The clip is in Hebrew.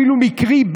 אפילו מקרי,